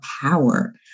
power